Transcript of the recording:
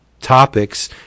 topics